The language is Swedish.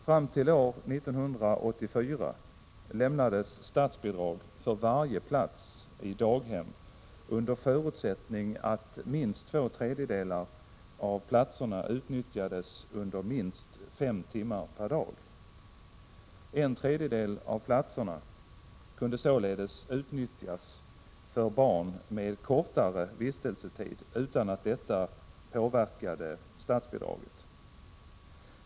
Fram till år 1984 lämnades statsbidrag för varje plats i daghem under förutsättning att minst två tredjedelar av platserna utnyttjades under minst fem timmar per dag. En tredjedel av platserna kunde således utnyttjas för barn med kortare vistelsetid utan att detta påverkade statsbidraget.